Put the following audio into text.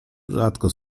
rzadko